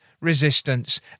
resistance